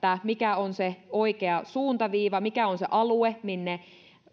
mikä on se oikea suuntaviiva mikä on se alue minne